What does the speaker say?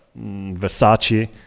versace